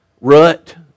rut